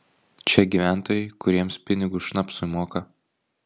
čia gyventojai kuriems pinigus šnapsui moka